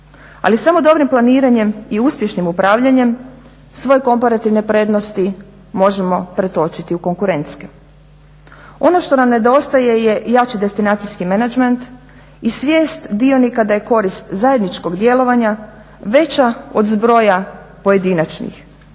ali samo dobrim planiranjem i uspješnim upravljanjem svoje komparativne prednosti možemo pretočiti u konkurentske. Ono što nam nedostaje je jači destinacijskih menadžment i svijest dionika da je korist zajedničkog djelovanja veća od zbroja pojedinačnih